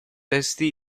testi